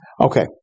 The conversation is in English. Okay